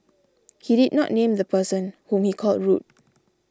he did not name the person whom he called rude